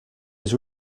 was